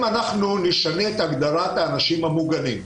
אנחנו נשנה את הגדרת האנשים המוגנים?